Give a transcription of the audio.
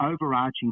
overarching